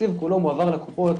התקציב כולו מועבר לקופות